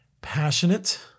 passionate